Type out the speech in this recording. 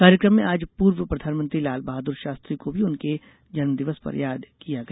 कार्यक्रम में आज पूर्व प्रधानमंत्री लालबहादुर शास्त्री को भी उनके जन्मदिवस पर याद किया गया